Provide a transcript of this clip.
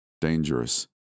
dangerous